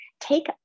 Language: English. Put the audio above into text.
take